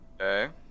Okay